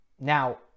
Now